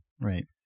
right